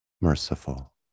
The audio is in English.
merciful